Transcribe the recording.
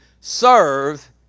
serve